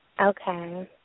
Okay